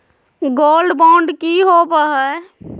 Gold bond की होबो है?